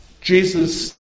Jesus